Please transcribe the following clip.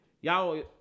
y'all